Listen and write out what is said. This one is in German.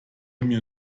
mir